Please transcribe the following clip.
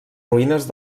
ruïnes